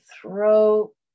throat